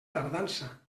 tardança